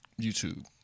YouTube